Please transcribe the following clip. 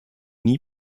nie